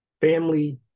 Family